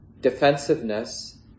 defensiveness